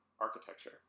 architecture